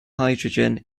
hydrogen